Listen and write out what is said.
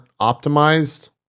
optimized